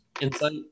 insight